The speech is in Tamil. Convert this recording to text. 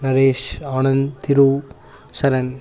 நரேஷ் ஆனந்த் திரு சரண்